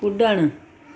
कुॾणु